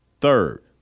Third